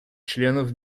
членов